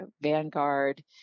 Vanguard